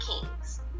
kings